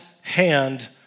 hand